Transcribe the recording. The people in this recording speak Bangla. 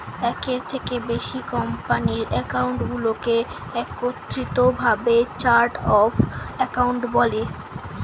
একের থেকে বেশি কোম্পানির অ্যাকাউন্টগুলোকে একত্রিত ভাবে চার্ট অফ অ্যাকাউন্ট বলে